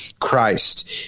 christ